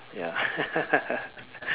ya